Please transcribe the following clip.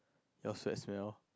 your sweat smell